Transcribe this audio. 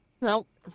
Nope